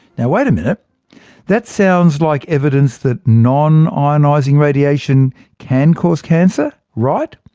yeah wait a minute that sounds like evidence that non-ionising radiation can cause cancer, right?